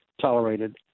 tolerated